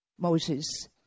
Moses